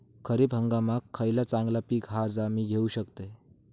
खरीप हंगामाक खयला चांगला पीक हा जा मी घेऊ शकतय?